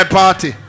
party